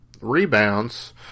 rebounds